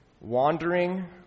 Wandering